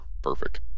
perfect